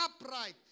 upright